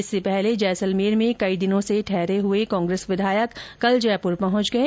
इससे पहले जैसलमेर में कई दिनों से ठहरे हुए कांग्रेस विधायक कल जयपुर पहुंच गए